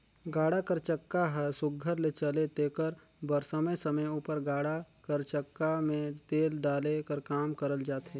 गाड़ा कर चक्का हर सुग्घर ले चले तेकर बर समे समे उपर गाड़ा कर चक्का मे तेल डाले कर काम करल जाथे